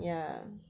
ya